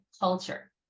culture